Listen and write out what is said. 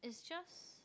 it's just